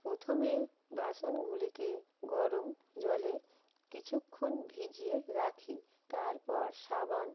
প্রথমে বাসনগুলিকে গরম জলে কিছুক্ষণ ভিজিয়ে রাখি তারপর সাবান